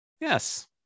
Yes